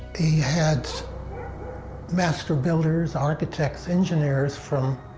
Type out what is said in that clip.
he had master builders, architects, engineers from.